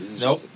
Nope